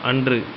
அன்று